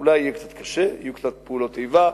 אולי יהיה קצת קשה, יהיו קצת פעולות איבה.